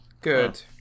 Good